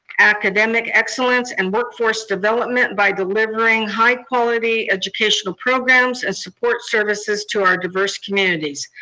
academic excellence, and workforce development, by delivering high-quality educational programs and support services to our diverse communities.